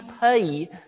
pay